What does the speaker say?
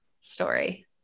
story